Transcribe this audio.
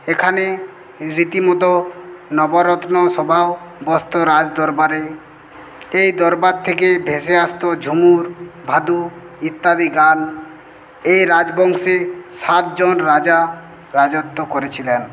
এখানে রীতিমতো নবরত্ন সভাও বসতো রাজ দরবারে এই দরবার থেকে ভেসে আসতো ঝুমুর ভাদু ইত্যাদি গান এই রাজবংশে সাতজন রাজা রাজত্ব করেছিলেন